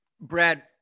Brad